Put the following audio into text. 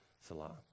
Salah